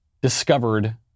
discovered